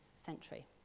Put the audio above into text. century